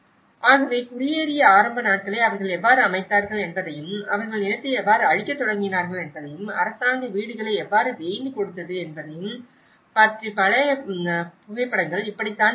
ஆகவே குடியேறிய ஆரம்ப நாட்களை அவர்கள் எவ்வாறு அமைத்தார்கள் என்பதையும் அவர்கள் நிலத்தை எவ்வாறு அழிக்கத் தொடங்கினார்கள் என்பதையும் அரசாங்கம் வீடுகளை எவ்வாறு வேய்ந்து கொடுத்தது என்பதையும் பற்றிய பழைய புகைப்படங்கள் இப்படித்தான் இருந்தன